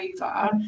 over